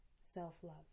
self-love